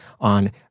on